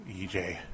EJ